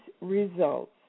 results